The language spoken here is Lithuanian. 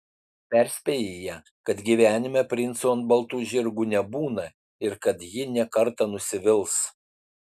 perspėji ją kad gyvenime princų ant baltų žirgų nebūna ir kad ji ne kartą nusivils